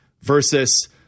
versus